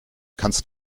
kannst